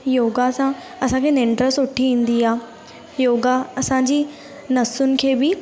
योगा सां असां निंड सुठी ईंदी आहे योगा असांजी नसून खे बि